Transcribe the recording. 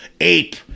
ape